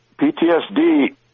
PTSD